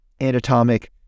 anatomic